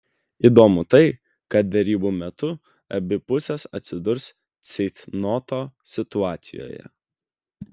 įdomu tai kad derybų metu abi pusės atsidurs ceitnoto situacijoje